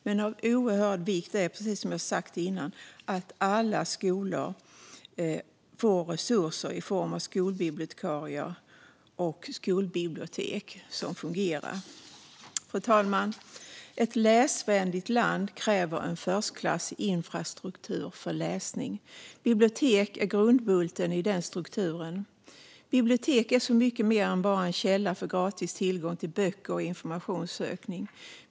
Men av oerhörd vikt är, som jag sagt tidigare, att alla skolor får resurser i form av skolbibliotekarier och skolbibliotek som fungerar. Fru talman! Ett läsvänligt land kräver en förstklassig infrastruktur för läsning. Bibliotek är grundbulten i den strukturen. Bibliotek är så mycket mer än bara en källa för gratis tillgång till böcker och informationssökning.